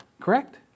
Correct